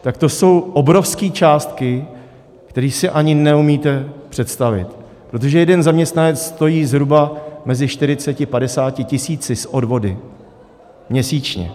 Tak to jsou obrovské částky, které si ani neumíte představit, protože jeden zaměstnanec stojí zhruba mezi 40 až 50 tisíci s odvody měsíčně.